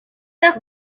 dos